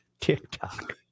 TikTok